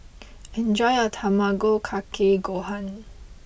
enjoy your Tamago Kake Gohan